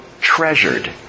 treasured